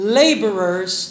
laborers